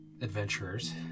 adventurers